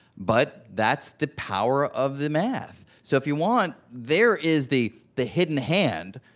but that's the power of the math. so if you want, there is the the hidden hand.